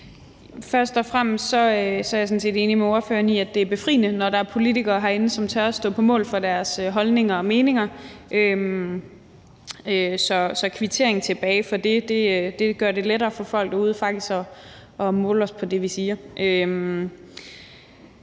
Først og fremmest er jeg sådan set enig med ordføreren i, at det er befriende, når der er politikere herinde, som tør stå på mål for deres holdninger og meninger. Så der kommer en kvittering tilbage for det, for det gør det faktisk lettere for folk derude at måle os på det, vi siger.